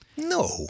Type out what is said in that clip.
No